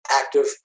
active